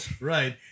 right